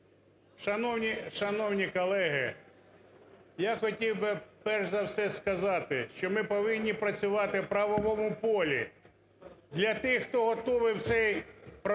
шановні колеги, я хотів би, перш за все, сказати, що ми повинні працювати в правовому полі. Для тих, хто готував цей проект